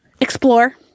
explore